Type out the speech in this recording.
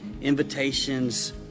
invitations